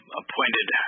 appointed